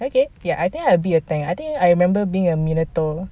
okay ya I think I'll be the tank I think I remember being a minotaur